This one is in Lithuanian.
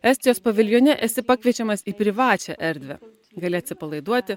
estijos paviljone esi pakviečiamas į privačią erdvę gali atsipalaiduoti